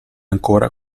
ancora